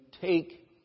take